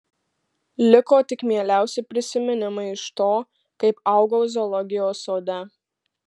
liko tik mieliausi prisiminimai iš to kaip augau zoologijos sode